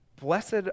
blessed